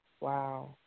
Wow